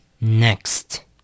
Next